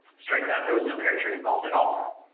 strike that. there was no pear tree involved at all.